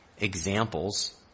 examples